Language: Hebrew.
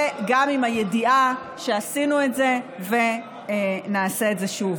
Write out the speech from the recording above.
וגם עם הידיעה שעשינו את זה ונעשה את זה שוב.